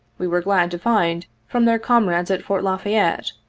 we were glad to find, from their comrades at fort la fayette.